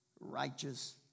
righteous